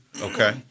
Okay